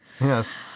yes